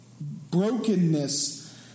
brokenness